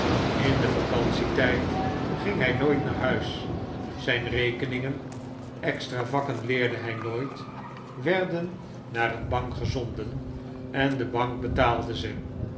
in den vacantietyd ging hy nooit naar huis zijn rekeningen extra vakken leerde hy nooit werden naar een bank gezonden en de bank betaalde ze